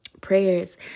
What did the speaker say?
prayers